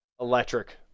electric